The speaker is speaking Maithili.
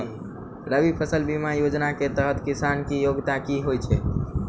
रबी फसल बीमा योजना केँ तहत किसान की योग्यता की होइ छै?